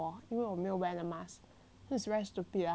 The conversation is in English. this is very stupid ah very stupid reason